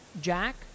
Jack